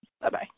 Bye-bye